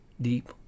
deep